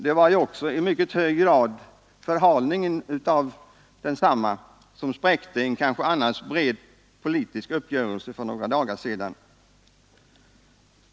Det var också i mycket hög grad förhalningen av densamma som spräckte en kanske annars bred politisk uppgörelse för några dagar sedan.